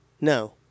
No